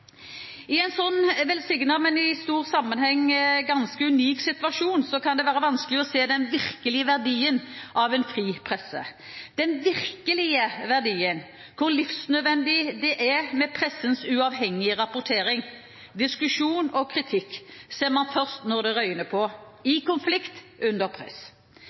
I en slik velsignet, men i den store sammenhengen ganske unik situasjon kan det være vanskelig å se den virkelige verdien av en fri presse. Den virkelige verdien – hvor livsnødvendig det er med pressens uavhengige rapportering, diskusjon og kritikk – ser man først når det røyner på, i konflikt, under press.